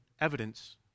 evidence